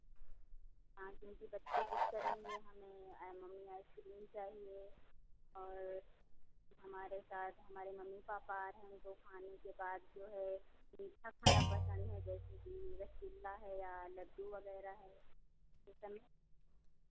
हाँ क्योंकि बच्चे ज़िद्द करेंगे हमें मम्मी आइस क्रीम चाहिए और हमारे साथ हमारे मम्मी पापा आ रहे हैं उनको खाने के बाद जो है मीठा खाना पसंद है जैसे कि रसगुल्ला है या लड्डू वगैरह है ये सब